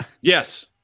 Yes